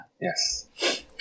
Yes